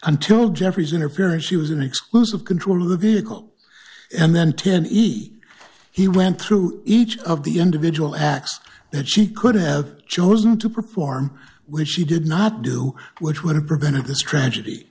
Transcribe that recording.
until jeffrey's interfere or she was an exclusive control of the vehicle and then ten he he went through each of the individual acts that she could have chosen to perform which she did not do which would have prevented this tragedy